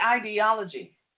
ideology